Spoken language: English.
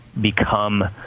become